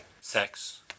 Sex